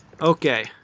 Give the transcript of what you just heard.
Okay